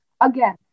Again